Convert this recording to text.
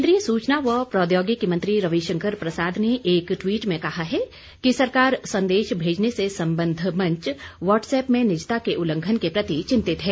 केन्द्रीय सूचना व प्रौद्योगिकी मंत्री रवि शंकर प्रसाद ने एक ट्वीट में कहा है कि सरकार संदेश भेजने से संबद्ध मंच व्हाट्सएप में निजता के उल्लंघन के प्रति चिंतित है